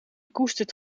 koestert